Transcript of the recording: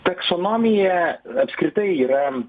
taksonomija apskritai yra